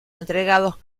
entregados